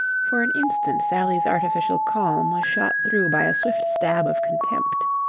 for an instant sally's artificial calm was shot through by a swift stab of contempt.